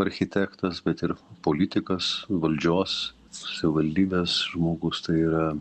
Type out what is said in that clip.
architektas bet ir politikas valdžios savivaldybės žmogus tai yra